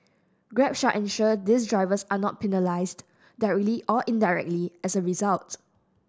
grab shall ensure these drivers are not penalised directly or indirectly as a result